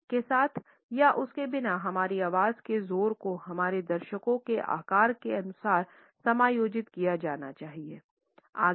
mic के साथ या उसके बिना हमारी आवाज़ के ज़ोर को हमारे दर्शकों के आकार के अनुसार समायोजित किया जाना चाहिए